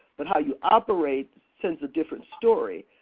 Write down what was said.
but how you operate sends a different story.